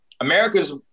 america's